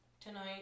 tonight